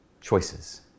choices